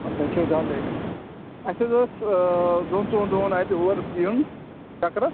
تۄہہِ چھُو ڈل لیک اَسہِ حظ اوس دۄن ژون دۄہَن اَتہِ اور یُِن چکرَس